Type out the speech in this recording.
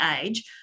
age